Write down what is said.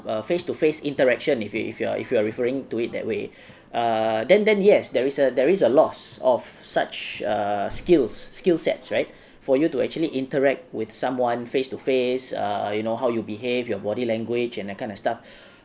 a face to face interaction if you if you are if you are referring to it that way err then then yes there is a there is a loss of such err skills skill sets right for you to actually interact with someone face to face err you know how you behave your body language and that kind of stuff